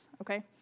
okay